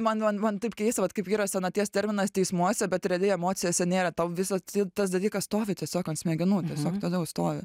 man man man taip keista vat kaip yra senaties terminas teismuose bet realiai emocijose nėra tau visa tas dalykas stovi tiesiog ant smegenų tiesiog toliau stovi